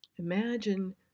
Imagine